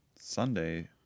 Sunday